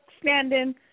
standing